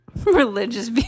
religious